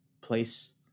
place